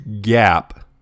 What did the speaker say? gap